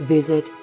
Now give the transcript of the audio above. Visit